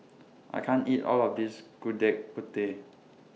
I can't eat All of This Gudeg Putih